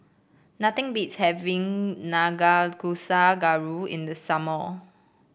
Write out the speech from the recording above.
nothing beats having Nanakusa Gayu in the summer